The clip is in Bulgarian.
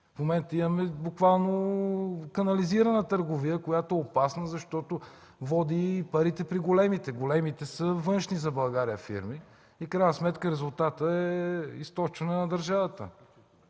В момента имаме буквално канализирана търговия, която е опасна, защото води парите при големите. Големите са външни за България фирми и в крайна сметка резултатът е източване на държавата